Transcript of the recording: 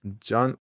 John